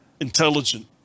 intelligent